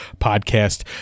podcast